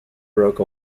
broke